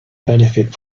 benefit